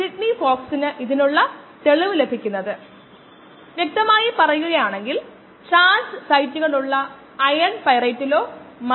75 Kg s 1 കോശങ്ങളുടെ ചൂട് വന്ധ്യംകരണ സമയത്ത് നമ്മൾ അണുവിമുക്തമാക്കുകയാണെന്ന് നമുക്കറിയാം മീഡിയം അടങ്ങിയ ഒരു സ്റ്റിർഡ് ടാങ്ക് ബയോ റിയാക്ടർ എന്ന് പറയാം അതിൽ ഇതിനകം തന്നെ ചില കോശങ്ങൾ വളരുന്നുണ്ട്